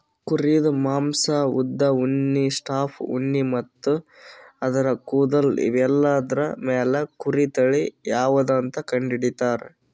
ಕುರಿದ್ ಮಾಂಸಾ ಉದ್ದ್ ಉಣ್ಣಿ ಸಾಫ್ಟ್ ಉಣ್ಣಿ ಮತ್ತ್ ಆದ್ರ ಕೂದಲ್ ಇವೆಲ್ಲಾದ್ರ್ ಮ್ಯಾಲ್ ಕುರಿ ತಳಿ ಯಾವದಂತ್ ಕಂಡಹಿಡಿತರ್